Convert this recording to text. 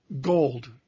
Gold